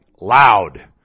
loud